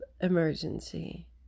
emergency